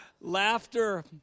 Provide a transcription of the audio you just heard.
Laughter